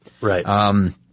Right